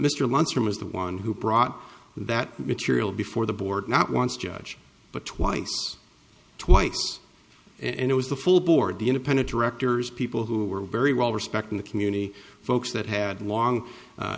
mr lunsford was the one who brought that material before the board not once judge but twice twice and it was the full board the independent directors people who were very well respected the community folks that had long